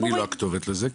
אני לא הכתובת לזה,